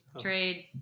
Trade